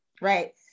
Right